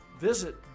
Visit